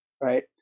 right